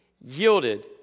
yielded